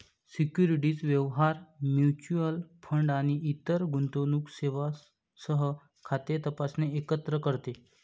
securities व्यवहार, mutual fund आणि इतर गुंतवणूक सेवांसह खाते तपासणे एकत्र करते